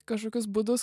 kašokius būdus